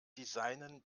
designen